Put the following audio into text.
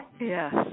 Yes